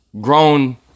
grown